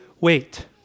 wait